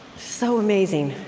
so amazing.